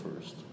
first